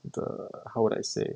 the how would I say